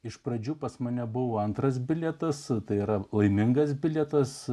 iš pradžių pas mane buvo antras bilietas tai yra laimingas bilietas